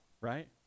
right